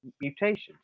mutations